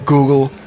Google-